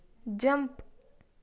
jump